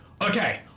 Okay